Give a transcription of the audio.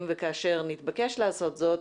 אם וכאשר נתבקש לעשות זאת,